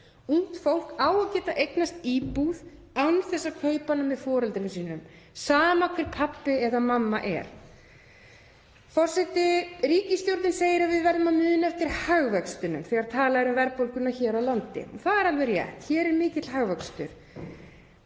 Ungt fólk á að geta eignast íbúð án þess að kaupa hana með foreldrum sínum, sama hver pabbi eða mamma er. Forseti. Ríkisstjórnin segir að við verðum að muna eftir hagvextinum þegar talað er um verðbólguna hér á landi. Það er alveg rétt, hér er mikill hagvöxtur.